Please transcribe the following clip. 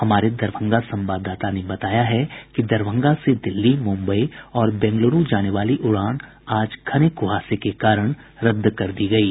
हमारे दरभंगा संवाददाता ने बताया है कि दरभंगा से दिल्ली मुम्बई और बेंगलुरू जाने वाली उड़ान आज घने कुहासे के कारण रद्द कर दी गयी